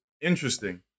interesting